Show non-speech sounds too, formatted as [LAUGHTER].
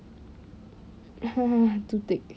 [LAUGHS] too thick